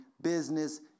business